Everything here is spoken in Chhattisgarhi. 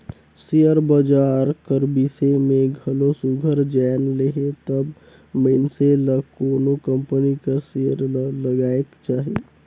सेयर बजार कर बिसे में घलो सुग्घर जाएन लेहे तब मइनसे ल कोनो कंपनी कर सेयर ल लगाएक चाही